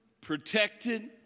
protected